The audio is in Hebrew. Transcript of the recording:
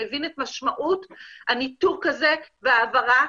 שמבין את משמעות הניתוק הזה והעברה,